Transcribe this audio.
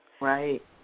Right